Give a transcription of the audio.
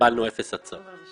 קיבלנו אפס הצעות.